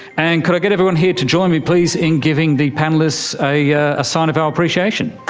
and could i get everyone here to join me please in giving the panellists ah yeah a sign of our appreciation.